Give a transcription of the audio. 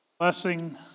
Blessing